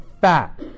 fat